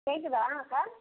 கேட்குதா அக்கா